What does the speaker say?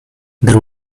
there